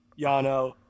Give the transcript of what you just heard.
Yano